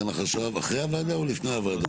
אחרי הוועדה או לפני הוועדה?